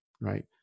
right